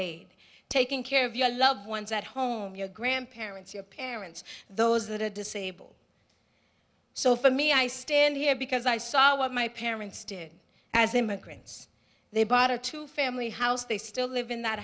aide taking care of your loved ones at home your grandparents your parents those that are disabled so for me i stand here because i saw what my parents did as immigrants they bought a two family house they still live in that